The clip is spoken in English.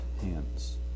hands